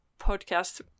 podcast